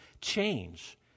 change